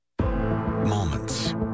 Moments